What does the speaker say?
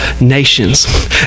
nations